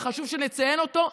וחשוב שנציין אותו,